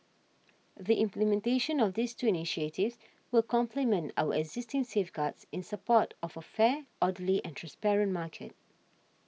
the implementation of these two initiatives will complement our existing safeguards in support of a fair orderly and transparent market